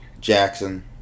Jackson